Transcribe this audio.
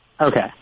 Okay